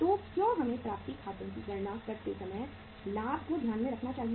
तो क्यों हमें प्राप्ति खातों की गणना करते समय लाभ को ध्यान में रखना चाहिए